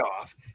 off